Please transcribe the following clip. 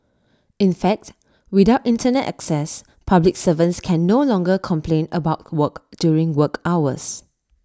in fact without Internet access public servants can no longer complain about work during work hours